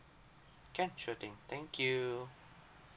can sure thing thank you